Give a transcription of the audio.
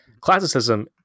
Classicism